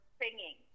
singing